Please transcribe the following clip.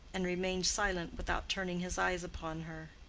and remained silent without turning his eyes upon her.